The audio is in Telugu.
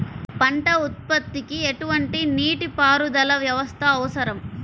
పంట ఉత్పత్తికి ఎటువంటి నీటిపారుదల వ్యవస్థ అవసరం?